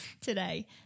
today